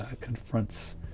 confronts